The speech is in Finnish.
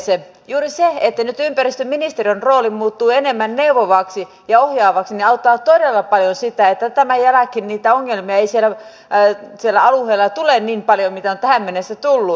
juuri se että nyt ympäristöministeriön rooli muuttuu enemmän neuvovaksi ja ohjaavaksi auttaa todella paljon sitä että tämän jälkeen niitä ongelmia ei siellä alueella tule niin paljon mitä on tähän mennessä tullut